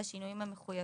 בשינויים המחויבים.